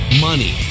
Money